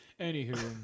Anywho